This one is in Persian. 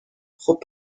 خوب